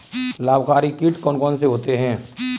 लाभकारी कीट कौन कौन से होते हैं?